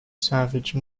savage